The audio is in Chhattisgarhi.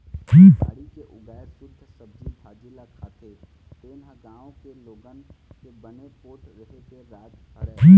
बाड़ी के उगाए सुद्ध सब्जी भाजी ल खाथे तेने ह गाँव के लोगन के बने पोठ रेहे के राज हरय